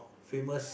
famous